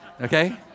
okay